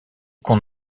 qu’on